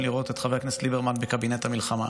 לראות את חבר הכנסת ליברמן בקבינט המלחמה.